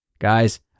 Guys